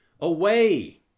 away